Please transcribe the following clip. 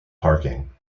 parking